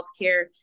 healthcare